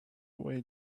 way